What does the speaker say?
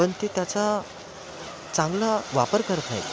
पण ते त्याचा चांगला वापर करत नाहीत